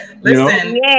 Listen